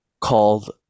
called